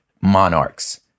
monarchs